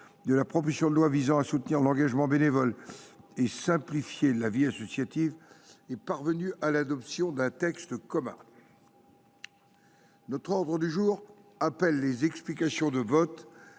de la proposition de loi visant à soutenir l’engagement bénévole et à simplifier la vie associative est parvenue à l’adoption d’un texte commun. L’ordre du jour appelle les explications de vote